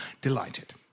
delighted